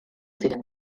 ziren